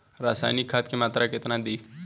रसायनिक खाद के मात्रा केतना दी?